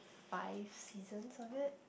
five seasons of it